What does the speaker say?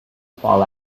fall